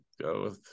go